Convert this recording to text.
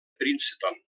princeton